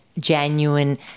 genuine